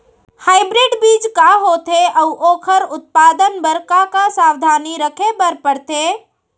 Hybrid बीज का होथे अऊ ओखर उत्पादन बर का का सावधानी रखे बर परथे?